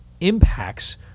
impacts